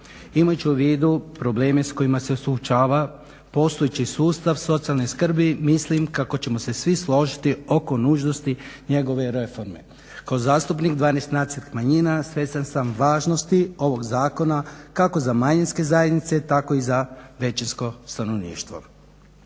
Imajući u vidu probleme s kojima se suočava postojeći sustav socijalne skrbi mislim kako ćemo se svi složiti oko nužnosti njegove reforme. Kao zastupnik 12 nacionalnih manjina svjestan sam važnosti ovog zakona kako za manjinske zajednice, tako i za većinsko stanovništvo.